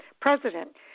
president